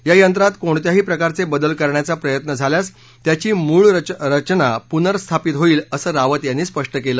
या यंत्रात कोणत्याही प्रकारचे बदल करण्याचा प्रयत्न झाल्यास त्याची मूळ रचना पुनर्स्थापित होईल असं रावत यांनी स्पष्ट केलं